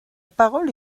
parole